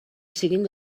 siguen